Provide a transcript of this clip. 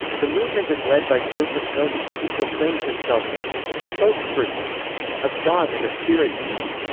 the movement is led by joseph kony, who proclaims himself the spokesperson of god and a spirit medium.